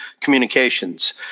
communications